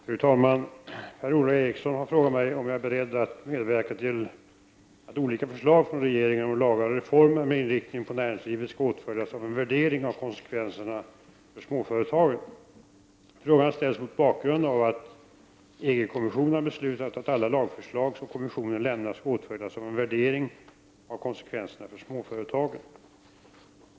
Fru talman! Per-Ola Eriksson har frågat mig om jag är beredd att medverka till att olika förslag från regeringen om lagar och reformer med inriktning på näringslivet skall åtföljas av en värdering av konsekvenserna för småföretagen. Frågan har ställts mot bakgrund av att EG-kommissionen har beslutat att alla lagförslag som kommissionen lämnar skall åtföljas av en värdering av konsekvenserna för småföretagen.